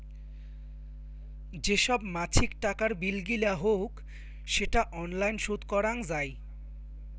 যে সব মাছিক টাকার বিল গিলা হউক সেটা অনলাইন শোধ করাং যাই